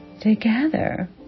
together